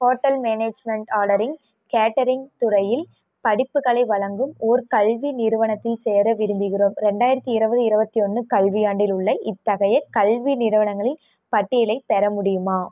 hotel management ordering catering துறையில் படிப்புகளை வழங்கும் ஓர் கல்வி நிறுவனத்தில் சேர விரும்புகிறோம் ரெண்டாயிரத்தி இருபது இருபத்தி ஒன்று கல்வியாண்டில் உள்ள இத்தகைய கல்வி நிறுவனங்களின் பட்டியலைப் பெற முடியுமா